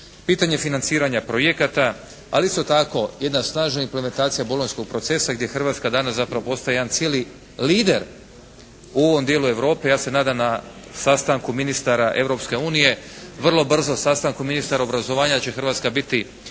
Pitanje financiranja projekata, ali isto tako jedna snažna implementacija "Bolonjskog procesa" gdje Hrvatska danas zapravo postaje jedan cijeli lider u ovom dijelu Europe, ja se nadam na sastanku ministara Europske unije, vrlo brzo na sastanku ministara obrazovanja će Hrvatska biti